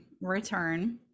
return